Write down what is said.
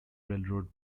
railroad